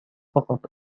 فقط